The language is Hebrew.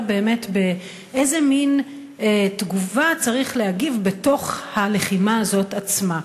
באיזה מין תגובה צריך באמת להגיב בתוך הלחימה הזאת עצמה.